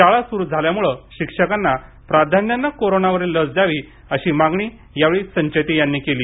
शाळा स्रू झाल्याम्ळे शिक्षकांना प्राधान्याने करोनावरील लस द्यावी अशी मागणी संचेती यांनी यावेळी केली